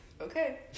Okay